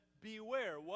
beware